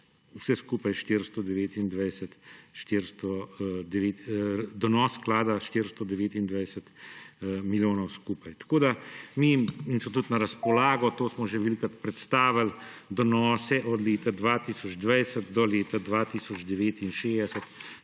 sklada 429 milijonov skupaj. To je tudi na razpolago, to smo že velikokrat predstavili donose od leta 2020 do leta 2069